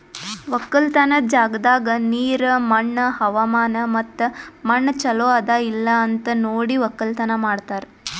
ಒಕ್ಕಲತನದ್ ಜಾಗದಾಗ್ ನೀರ, ಮಣ್ಣ, ಹವಾಮಾನ ಮತ್ತ ಮಣ್ಣ ಚಲೋ ಅದಾ ಇಲ್ಲಾ ಅಂತ್ ನೋಡಿ ಒಕ್ಕಲತನ ಮಾಡ್ತಾರ್